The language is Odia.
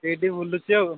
ଏଇଠି ବୁଲୁଛି ଆଉ